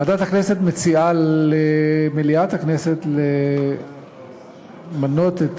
ועדת הכנסת מציעה למליאת הכנסת למנות את